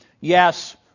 Yes